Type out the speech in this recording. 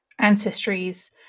ancestries